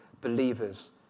believers